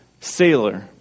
sailor